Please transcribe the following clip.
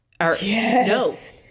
Yes